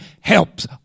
helps